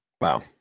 Wow